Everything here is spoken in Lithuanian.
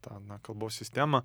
tą na kalbos sistemą